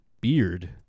beard